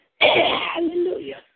Hallelujah